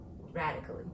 radically